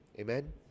Amen